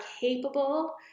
capable